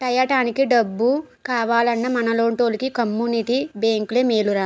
టయానికి డబ్బు కావాలన్నా మనలాంటోలికి కమ్మునిటీ బేంకులే మేలురా